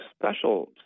special